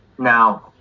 Now